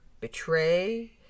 betray